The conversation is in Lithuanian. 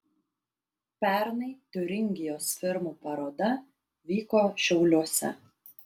pernai tiuringijos firmų paroda vyko šiauliuose